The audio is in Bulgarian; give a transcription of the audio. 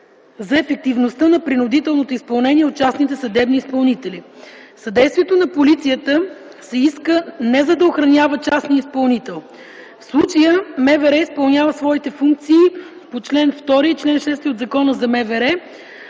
за ефектността на принудителното изпълнение от частните съдебни изпълнители. Съдействието на полицията се иска не за да охранява частния изпълнител. В случая МВР изпълнява своите функции по чл. 2 и чл. 6 от Закона за МВР,